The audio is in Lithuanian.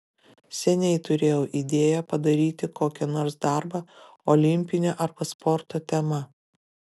seniai turėjau idėją padaryti kokį nors darbą olimpine arba sporto tema